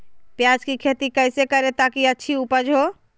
प्याज की खेती कैसे करें ताकि अच्छी उपज हो?